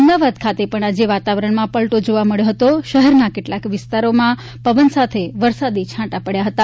અમદાવાદ ખાતે પણ આજે વાતાવરણમાં પલટો જોવા મળ્યો હતો શહેરના કેટલાંક વિસ્તારોમાં પવન સાથે વરસાદી છાંટા પડ્યા હતા